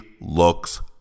looks